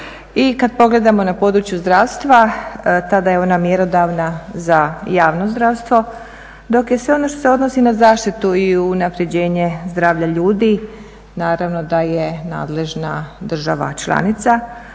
i kad pogledamo na području zdravstva, tada je ona mjerodavna za javno zdravstvo, dok je sve ono što se odnosi na zaštitu i unapređenje zdravlja ljudi, naravno da je nadležna država članica